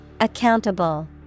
Accountable